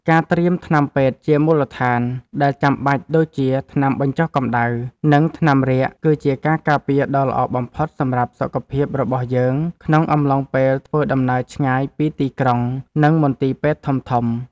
ការត្រៀមថ្នាំពេទ្យជាមូលដ្ឋានដែលចាំបាច់ដូចជាថ្នាំបញ្ចុះកម្ដៅ និង ថ្នាំរាកគឺជាការការពារដ៏ល្អបំផុតសម្រាប់សុខភាពរបស់យើងក្នុងអំឡុងពេលធ្វើដំណើរឆ្ងាយពីទីក្រុង និង មន្ទីរពេទ្យធំៗ។